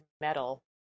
metal